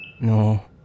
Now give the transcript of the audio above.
No